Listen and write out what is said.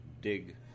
dig